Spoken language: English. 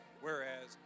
Whereas